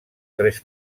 tres